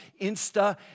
Insta